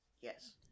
Yes